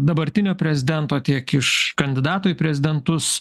dabartinio prezidento tiek iš kandidato į prezidentus